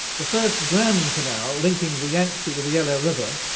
the first grand canal, linking the yangtze with the yellow river,